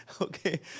Okay